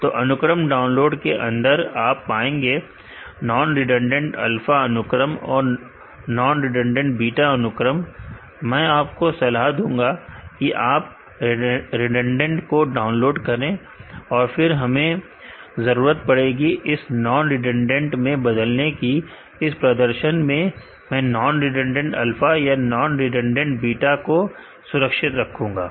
तो अनुक्रम डाउनलोड के अंदर आप पाएंगे नान रिडंडेंट अल्फा अनुक्रम और नान रिडंडेंट बीटा अनुक्रम मैं आपको सलाह दूंगा कि आप रिडंडेंट को डाउनलोड करें फिर हमें जरूरत पड़ेगी इसे नान रिडंडेंट में बदलने की इस प्रदर्शन में मैं नान रिडंडेंट अल्फा या नान रिडंडेंट बीटा को सुरक्षित रखूंगा